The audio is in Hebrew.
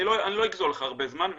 אני לא אגזול לך הרבה זמן,